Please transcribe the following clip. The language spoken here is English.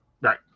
Right